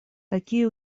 такие